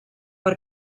per